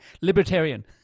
libertarian